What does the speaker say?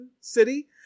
City